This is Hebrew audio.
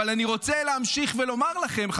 אבל אני רוצה להמשיך ולומר לכם,